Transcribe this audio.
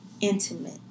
intimate